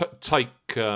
take